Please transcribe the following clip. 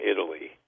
Italy